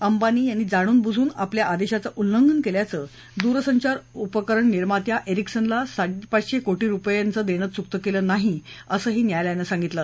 अंबानी यांनी जाणून बजून आपल्या आदेशाच उल्लंघन केल्याच दूरसंचार उपकरण निर्मात्या एरिक्सनला साडेपाचशे कोटी रुपयांच देण चुकतं केलं नाही असं न्यायालयानं सांगितलं